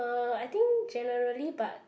uh I think generally but